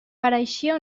pareixia